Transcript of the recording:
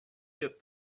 get